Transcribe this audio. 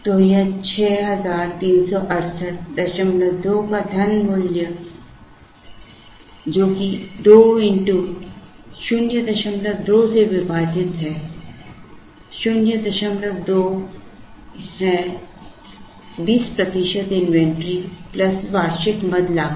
तो यह 63682 का धन मूल्य है जो कि 2 x 02 से विभाजित है 02 है 20 प्रतिशत इन्वेंट्री वार्षिक मद लागत